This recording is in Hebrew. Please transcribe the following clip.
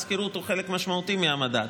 מדד השכירות הוא חלק משמעותי מהמדד.